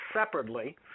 separately